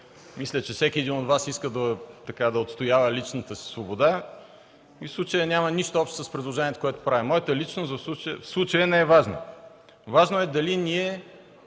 Мисля, че всеки един от Вас иска да отстоява личната си свобода. В случая няма нищо общо с предложението, което правя. В случая моята личност не е важна. Важно е дали ние